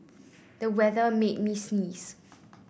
the weather made me sneeze